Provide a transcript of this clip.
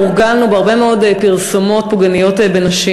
הורגלנו בהרבה מאוד פרסומות פוגעניות בנשים,